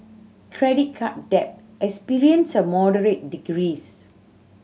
credit card debt experienced a moderate decrease